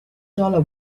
dollar